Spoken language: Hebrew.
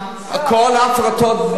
הכול הפרטות.